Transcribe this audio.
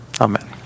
Amen